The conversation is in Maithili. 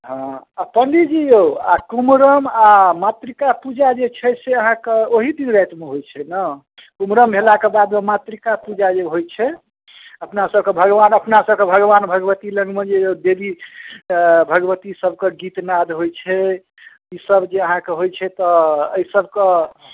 हॅं आ पण्डिजी यौ आ कुमरम आ मातृका पूजा जे छै से अहाँके ओहि दिन राति मे होइ छै ने कुमरम भेला के बाद मे मातृका पूजा जे होइ छै अपना सभके भगबान अपना सभके भगबान भगबती लग मे जे ओ देबी आ भगबती सभके गीत नाद होइ छै ई सभ जे अहाँके होइ छै तऽ एहि सभके